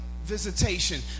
Visitation